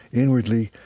inwardly,